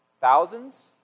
Thousands